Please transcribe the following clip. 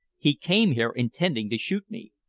he came here intending to shoot me.